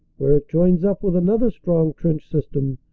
where it joins up with another strong trench system,